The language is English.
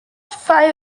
five